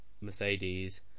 Mercedes